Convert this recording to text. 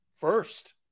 first